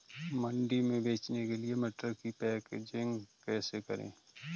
मंडी में बेचने के लिए मटर की पैकेजिंग कैसे करें?